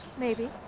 maybe.